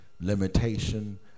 limitation